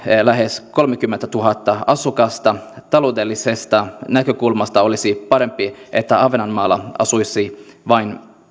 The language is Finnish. lähes kolmekymmentätuhatta asukasta taloudellisesta näkökulmasta olisi parempi että ahvenanmaalla asuisi vain